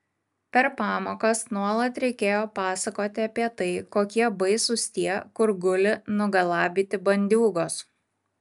per pamokas nuolat reikėjo pasakoti apie tai kokie baisūs tie kur guli nugalabyti bandiūgos